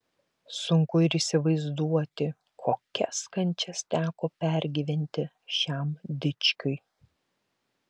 sunku ir įsivaizduoti kokias kančias teko pergyventi šiam dičkiui